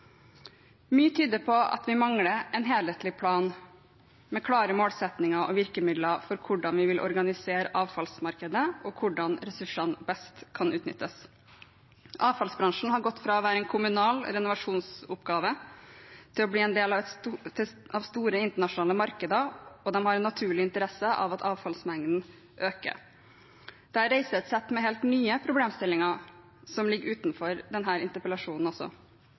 hvordan vi vil organisere avfallsmarkedene, og hvordan ressursene best kan utnyttes. Avfallsbransjen har gått fra å være en kommunal renovasjonsoppgave til å bli en del av store internasjonale markeder, og de har en naturlig interesse av at avfallsmengdene øker. Dette reiser et sett med helt nye problemstillinger som ligger utenfor denne interpellasjonen. Jeg vil derfor oppfordre regjeringen om å ta innspillene fra denne interpellasjonen